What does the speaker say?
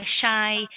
shy